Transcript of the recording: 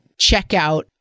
checkout